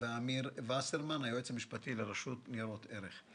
ואמיר וסרמן, היועץ המשפטי לרשות ניירות ערך.